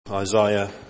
Isaiah